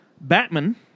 Batman